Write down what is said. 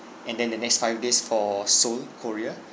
and then the next five days for seoul korea